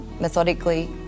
methodically